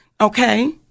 Okay